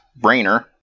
brainer